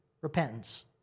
repentance